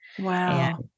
Wow